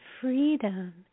freedom